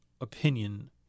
opinion